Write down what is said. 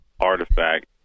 artifact